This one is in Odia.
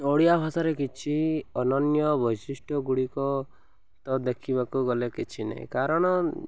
ଓଡ଼ିଆ ଭାଷାରେ କିଛି ଅନନ୍ୟ ବୈଶିଷ୍ଟ୍ୟ ଗୁଡ଼ିକ ତ ଦେଖିବାକୁ ଗଲେ କିଛି ନାହିଁ କାରଣ